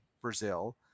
Brazil